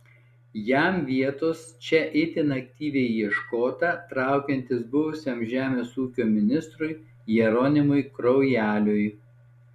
jam vietos čia itin aktyviai ieškota traukiantis buvusiam žemės ūkio ministrui jeronimui kraujeliui